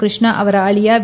ಕೃಷ್ಣ ಅವರ ಅಳಿಯ ವಿ